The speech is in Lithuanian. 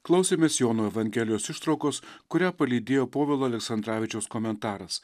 klausėmės jono evangelijos ištraukos kurią palydėjo povilo aleksandravičiaus komentaras